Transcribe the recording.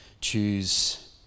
choose